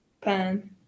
Pen